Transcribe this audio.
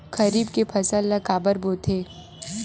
खरीफ के फसल ला काबर बोथे?